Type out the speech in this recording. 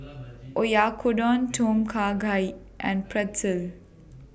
Oyakodon Tom Kha Gai and Pretzel